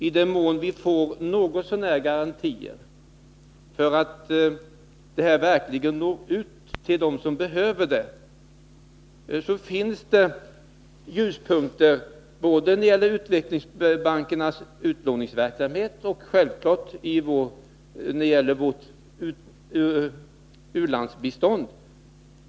I den mån vi får några garantier för att hjälpen verkligen når ut till dem som behöver den, finns det ljuspunkter både när det gäller utvecklingsbankernas utlåningsverksamhet och självfallet när det gäller vårt u-landsbistånd.